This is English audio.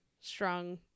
strong